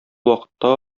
вакытта